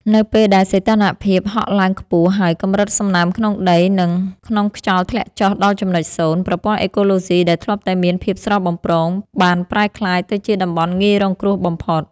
នៅពេលដែលសីតុណ្ហភាពហក់ឡើងខ្ពស់ ហើយកម្រិតសំណើមក្នុងដី និងក្នុងខ្យល់ធ្លាក់ចុះដល់ចំណុចសូន្យ ប្រព័ន្ធអេកូឡូស៊ីដែលធ្លាប់តែមានភាពស្រស់បំព្រងបានប្រែក្លាយទៅជាតំបន់ងាយរងគ្រោះបំផុត។